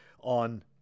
on